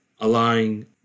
allowing